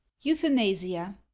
euthanasia